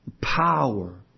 power